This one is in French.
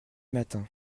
matin